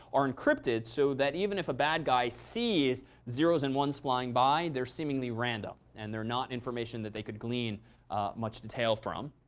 are encrypted. so that even if a bad guy sees zeros and ones flying by, they're seemingly random. and they're not information that they could glean much detail from.